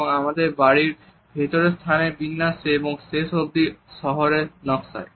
এবং আমাদের বাড়ির ভেতর স্থানের বিন্যাসে এবং শেষ অবধি শহরের নকশায়